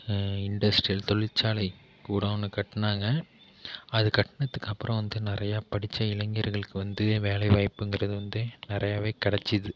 industrial தொழிற்சாலை கூடம் ஒன்று கட்டினாங்க அது கட்டினத்துக்கு அப்புறம் வந்து நிறையா படித்த இளைஞர்களுக்கு வந்து வேலைவாய்ப்புங்கிறது வந்து நிறையாவே கிடச்சிது